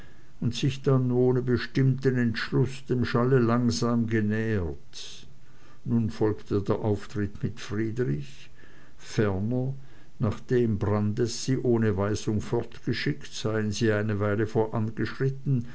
und sich dann ohne bestimmten entschluß dem schalle langsam genähert nun folgte der auftritt mit friedrich ferner nachdem brandis sie ohne weisung fortgeschickt seien sie eine weile vorangeschritten